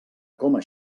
coma